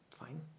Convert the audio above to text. fine